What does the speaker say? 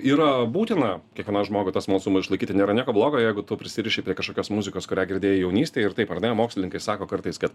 yra būtina kiekvienam žmogui tą smalsumą išlaikyti nėra nieko blogo jeigu tu prisiriši prie kažkokios muzikos kurią girdėjai jaunystėj ir taip ar ne mokslininkai sako kartais kad